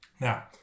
now